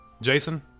Jason